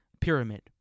pyramid